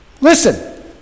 Listen